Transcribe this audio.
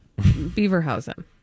Beaverhausen